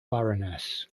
baroness